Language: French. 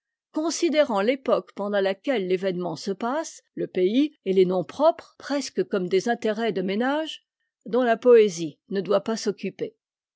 considérant l'époque pendant laquelle l'événement se passe le pays et les noms propres presque comme des intérêts de ménage dont la poésie ne doit pas s'occuper